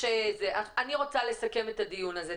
אני רוצה לסכם את הדיון הזה.